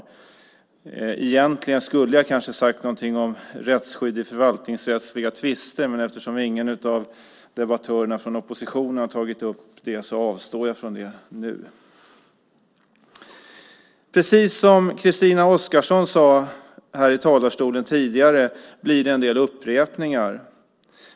Egentligen skulle jag kanske ha sagt någonting om rättsskydd i förvaltningsrättsliga tvister, men eftersom ingen av debattörerna från oppositionen har tagit upp det avstår jag från det nu. Precis som Christina Oskarsson sade i talarstolen tidigare blir det en del upprepningar.